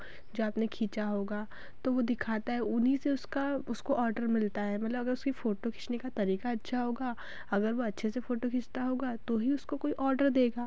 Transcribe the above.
जो आपने खींचा होगा तो वह दिखाता है उन्हीं से उसका उसको ऑर्डर मिलता है मतलब अगर उसकी फ़ोटो खींचने का तरीका अच्छा होगा अगर वह अच्छे से फ़ोटो खींचता होगा तो ही उसको कोई ऑर्डर देगा